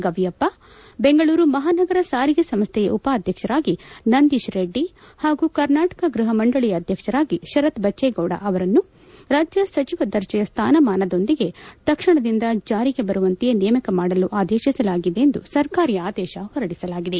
ಗವಿಯಪ್ಪ ಬೆಂಗಳೂರು ಮಹಾನಗರ ಸಾರಿಗೆ ಸಂಸ್ಥೆಯ ಉಪಾಧ್ವಕ್ಷರಾಗಿ ನಂದೀಶ್ ರೆಡ್ಡಿ ಪಾಗೂ ಕರ್ನಾಟಕ ಗೃಹ ಮಂಡಳಿಯ ಅಧ್ವಕ್ಷರಾಗಿ ಶರತ್ ಬಜ್ಜೇಗೌಡ ಅವರನ್ನು ರಾಜ್ಯ ಸಚಿವ ದರ್ಜೆಯ ಸ್ಥಾನಮಾನದೊಂದಿಗೆ ತಕ್ಷಣದಿಂದ ಜಾರಿಗೆ ಬರುವಂತೆ ನೇಮಕ ಮಾಡಲು ಆದೇಶಿಸಲಾಗಿದೆ ಎಂದು ಸರ್ಕಾರಿ ಆದೇಶ ಹೊರಡಿಸಲಾಗಿದೆ